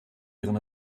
ihren